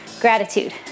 Gratitude